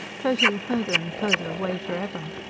floating farther and farther away forever.